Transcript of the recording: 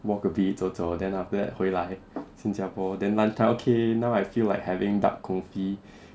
walk abit 走走 then after that 回来新加坡 then lunch time okay now I feel like having duck confit